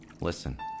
Listen